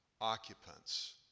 occupants